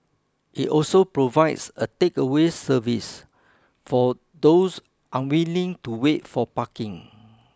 it also provides a takeaway service for those unwilling to wait for parking